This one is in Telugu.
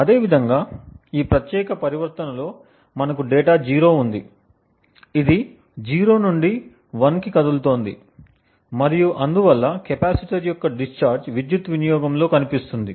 అదేవిధంగా ఈ ప్రత్యేక పరివర్తనలో మనకు డేటా 0 ఉంది ఇది 0 నుండి 1 కి కదులుతోంది మరియు అందువల్ల కెపాసిటర్ యొక్క డిశ్చార్జ్ విద్యుత్ వినియోగంలో కనిపిస్తుంది